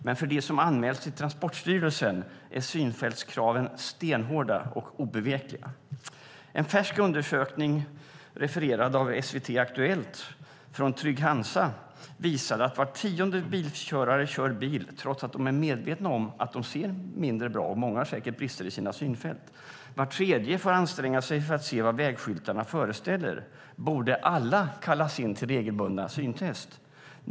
Men för de som anmäls till Transportstyrelsen är synfältskraven stenhårda och obevekliga. En färsk undersökning refererad av SVT:s Aktuellt från Trygg Hansa visade att var tionde bilförare kör bil trots att de är medvetna om att de ser mindre bra. Många har säkert brister i sina synfält. Var tredje får anstränga sig för att se vad vägskyltarna föreställer. Borde alla kallas in till regelbundna syntest?